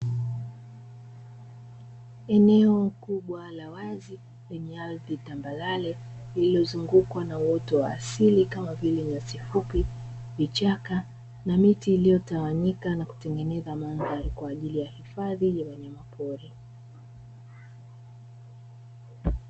Eneo kubwa la wazi lenye ardhi tambarare lililozungukwa na uoto wa asili kama vile nyasi fupi, vichaka na miti iliyotawanyika na kutengeneza mandhari kwa ajili ya hifadhi ya wanyamapori.